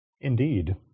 Indeed